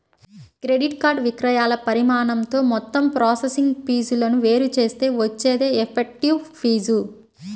credit card విక్రయాల పరిమాణంతో మొత్తం ప్రాసెసింగ్ ఫీజులను వేరు చేస్తే వచ్చేదే ఎఫెక్టివ్ ఫీజు